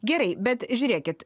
gerai bet žiūrėkit